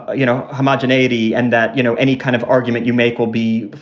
you know, homogeneity and that you know any kind of argument you make will be,